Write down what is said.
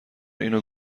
اینو